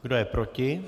Kdo je proti?